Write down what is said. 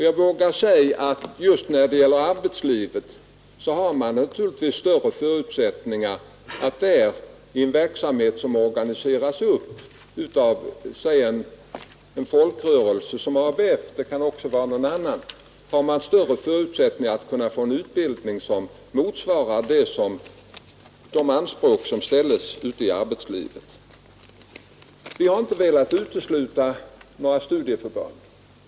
Jag vågar säga att i en verksamhet som organiseras upp av en folkrörelse som ABF — det kan också vara någon annan — har man större förutsättningar att få en utbildning vilken motsvarar de anspråk som ställs ute i arbetslivet. Vi har inte velat utesluta några studieförbund.